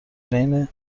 بین